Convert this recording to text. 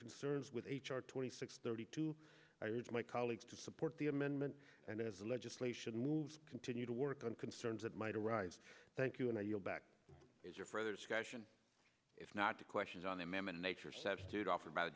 concerns with h r twenty six thirty two i urge my colleagues to support the amendment and as the legislation moves continue to work on concerns that might arise thank you and i yield back is your further discussion if not to questions on the amendment nature substitute offered by the